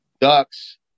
ducks